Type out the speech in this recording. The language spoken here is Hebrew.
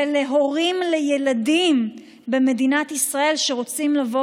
ולהורים לילדים במדינת ישראל שרוצים לבוא